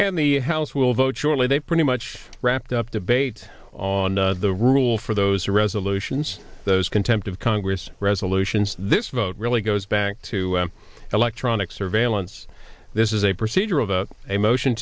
and the house will vote surely they pretty much wrapped up debate on the rule for those resolutions those contempt of congress resolutions this vote really goes back to electronic surveillance this is a procedural vote a motion